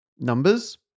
numbers